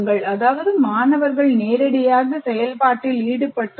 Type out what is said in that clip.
அதாவது மாணவர்கள் நேரடியாக செயல்பாட்டில் ஈடுபட்டுள்ளனர்